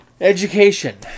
Education